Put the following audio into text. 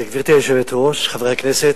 גברתי היושבת-ראש, חברי הכנסת,